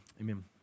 Amen